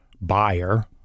buyer